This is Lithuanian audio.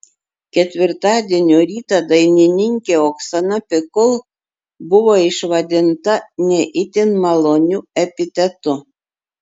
ketvirtadienio rytą dainininkė oksana pikul buvo išvadinta ne itin maloniu epitetu